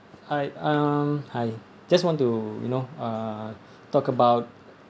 hi um hi just want to you know uh talk about